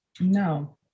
no